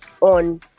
on